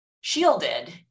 Shielded